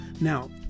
Now